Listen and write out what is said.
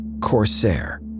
Corsair